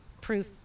proof